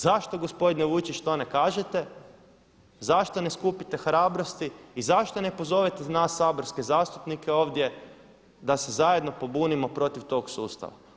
Zašto gospodine Vujčić to ne kažete, zašto ne skupite hrabrosti i zašto ne pozovete nas saborske zastupnike ovdje da se zajedno pobunimo protiv tog sustava?